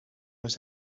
was